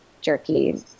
jerky